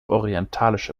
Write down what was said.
orientalische